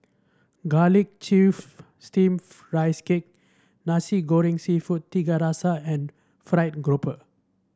garlic chive steamed Rice Cake Nasi Goreng seafood Tiga Rasa and fried grouper